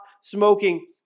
smoking